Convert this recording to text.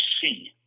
see